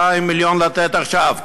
200 מיליון לתת עכשיו,